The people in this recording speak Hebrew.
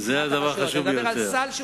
אני מדבר על סל שירותים.